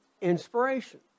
inspiration